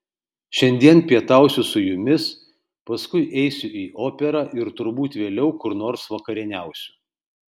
šiandien pietausiu su jumis paskui eisiu į operą ir turbūt vėliau kur nors vakarieniausiu